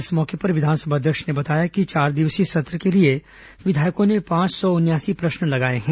इस मौके पर विधानसभा अध्यक्ष ने बताया कि चार दिवसीय सत्र के लिए विधायकों ने पांच सौ उनयासी प्रश्न लगाए हैं